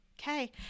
okay